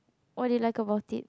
what do you like about it